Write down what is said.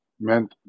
meant